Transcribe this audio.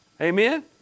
Amen